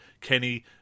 Kenny